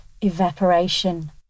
evaporation